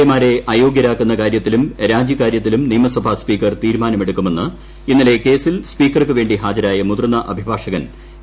A മാരെ അയോഗ്യരാക്കുന്ന കാര്യത്തിലും രാജി കാര്യത്തിലും നിയമസഭാ സ്പീക്കർ തീരുമാനമെടുക്കുമെന്ന് ഇന്നലെ കേസിൽ സ്പീക്കർക്കു വേണ്ടി ഹാജരായ മുതിർന്ന അഭിഭാഷകൻ എ